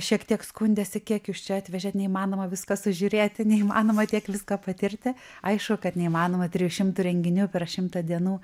šiek tiek skundėsi kiek jūs čia atvežėt neįmanoma viską sužiūrėti neįmanoma tiek viską patirti aišku kad neįmanoma trijų šimtų renginių per šimtą dienų